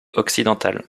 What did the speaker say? occidentale